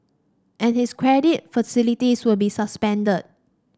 and his credit facilities will be suspended